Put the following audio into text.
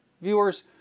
Viewers